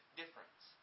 difference